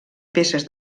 peces